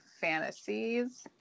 Fantasies